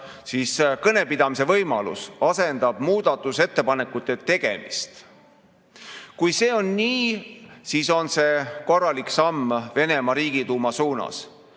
kõnepidamise võimalus asendab muudatusettepanekute tegemist. Kui see on nii, siis on see korralik samm Venemaa Riigiduuma suunas.